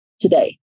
today